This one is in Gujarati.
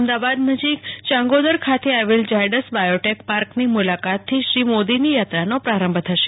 અમદાવાદ નજીક યાંગોદર ખાતે આવેલા ઝાયડસ બાયોટેક પાર્કની મુલાકાત થી શ્રી મોદીની યાત્રાનો પ્રારંભ થશે